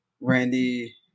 Randy